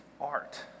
art